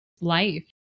Life